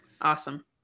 Awesome